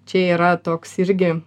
čia yra toks irgi